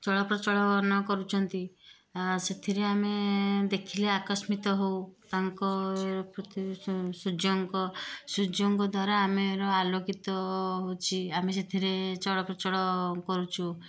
ଚଳପ୍ରଚଳନ କରୁଛନ୍ତି ସେଥିରେ ଆମେ ଦେଖିଲେ ଆକସ୍ମିତ ହେଉ ତାଙ୍କ ସୂର୍ଯ୍ୟଙ୍କ ସୂର୍ଯ୍ୟଙ୍କ ଦ୍ୱାରା ଆମେ ଆଲୋକିତ ହେଉଛୁ ଆମେ ସେଥିରେ ଚଳପ୍ରଚଳ କରୁଛୁ